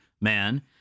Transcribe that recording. man